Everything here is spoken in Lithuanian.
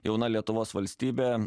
jauna lietuvos valstybė